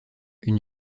une